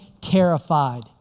terrified